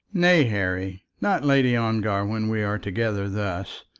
nay, harry not lady ongar when we are together thus.